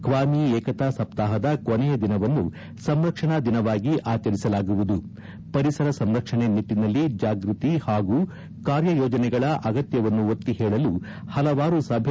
ಬ್ವಾಮಿ ಏಕತಾ ಸಪ್ತಾಪದ ಕೊನೆಯ ದಿನವನ್ನು ಸಂರಕ್ಷಣಾ ದಿನವಾಗಿ ಆಚರಿಸಲಾಗುವುದು ಪರಿಸರ ಸಂರಕ್ಷಣೆ ನಿಟ್ಟನಲ್ಲಿ ಜಾಗೃತಿ ಹಾಗೂ ಕಾರ್ಯಯೋಜನೆಗಳ ಅಗತ್ಯವನ್ನು ಒತ್ತಿ ಹೇಳಲು ಹಲವಾರು ಸಭೆ